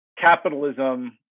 capitalism